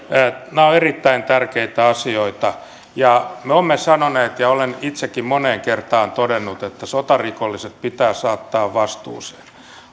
nämä ovat erittäin tärkeitä asioita ja me olemme sanoneet ja olen itsekin moneen kertaan todennut että sotarikolliset pitää saattaa vastuuseen